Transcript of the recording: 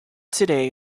today